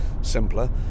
simpler